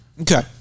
Okay